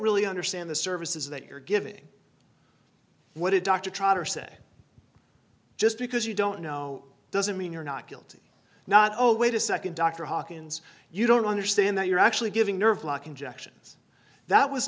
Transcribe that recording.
really understand the services that you're giving what it dr trotter say just because you don't know doesn't mean you're not guilty not oh wait a second dr hawkins you don't understand that you're actually giving nerve block injections that was